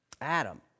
Adam